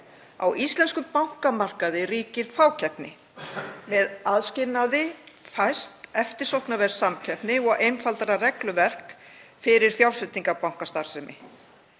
Á íslenskum bankamarkaði ríkir fákeppni. Með aðskilnaði fæst eftirsóknarverð samkeppni og einfaldara regluverk fyrir fjárfestingarbankastarfsemi.